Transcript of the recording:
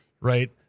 Right